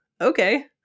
okay